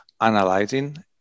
analyzing